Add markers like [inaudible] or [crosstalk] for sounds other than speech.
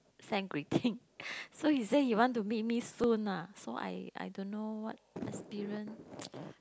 send greeting [breath] so he say he want to meet me soon lah so I I don't know what experience [noise]